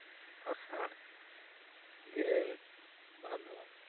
ᱟᱥᱟᱲ ᱜᱮᱞ ᱵᱷᱟᱫᱚᱨ